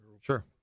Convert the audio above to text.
Sure